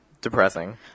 depressing